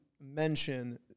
mention